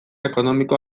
ekonomikoa